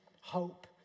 hope